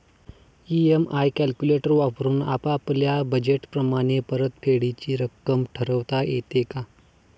EMI calculator वापरून आपापल्या budget प्रमाणे परतफेडीची रक्कम ठरवता येते का?